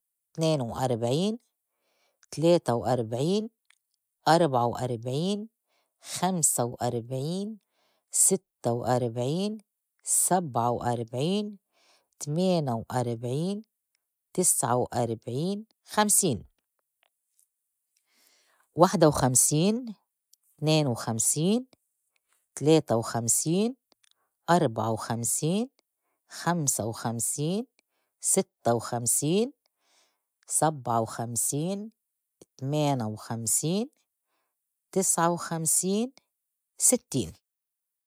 تنينا وأربعين, تليتا وأربعين، أربعة وأربعين, خمسة وأربعين, ستّة وأربعين، سبعة وأربعين، تمينا وأربعين، تسعة وأربعين، خمسين. وحدة وخمسين، تنينا وخمسين، تليتا وخمسين، أربعة وخمسين، خمسة وخمسينن، ستّة وخمسين، سبعة وخمسين، تمينا وخمسين، تسعة وخمسين، ستّين.